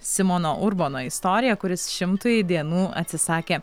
simono urbono istoriją kuris šimtui dienų atsisakė